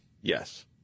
Yes